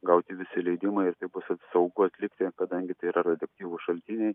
gauti visi leidimai ir tai bus ir saugu atlikti kadangi tai yra radioaktyvūs šaltiniai